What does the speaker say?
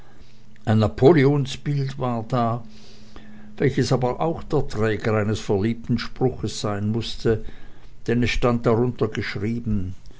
ein napoleonsbild war da welches aber auch der träger eines verliebten spruches sein mußte denn es stand darunter geschrieben